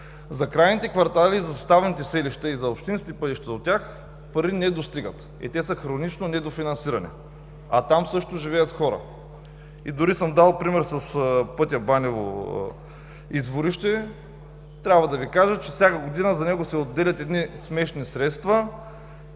За крайните квартали и за съставните селища, и за общинските пътища, до тях пари не достигат и те са хронично недофинасирани. А там също живеят хора! Дори съм дал пример с пътя Банево – Изворище. Трябва да Ви кажа, че всяка година за него се отделят едни смешни средства и